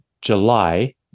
July